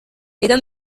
ήταν